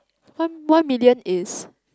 one one million is